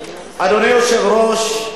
אדוני היושב-ראש,